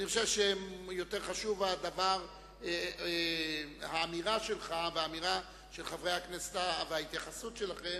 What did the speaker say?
אני חושב שיותר חשובות האמירה שלך וההתייחסות שלכם,